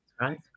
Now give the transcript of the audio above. right